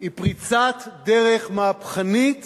היא פריצת דרך מהפכנית